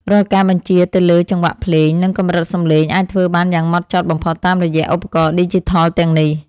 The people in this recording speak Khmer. រាល់ការបញ្ជាទៅលើចង្វាក់ភ្លេង និង កម្រិតសំឡេងអាចធ្វើបានយ៉ាងហ្មត់ចត់បំផុតតាមរយៈឧបករណ៍ឌីជីថលទាំងនេះ។